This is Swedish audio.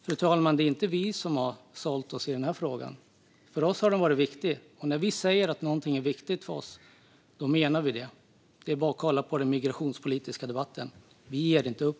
Det är inte vi som har sålt oss i denna fråga. För oss har den varit viktig, och när vi säger att något är viktigt för oss menar vi det. Det är bara att kolla på den migrationspolitiska debatten - vi ger inte upp.